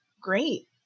great